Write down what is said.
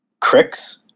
Cricks